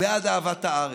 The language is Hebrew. בעד אהבת הארץ.